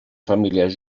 famílies